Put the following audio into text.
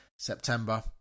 September